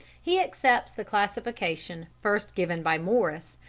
he accepts the classification first given by morris,